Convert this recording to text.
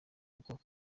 kuko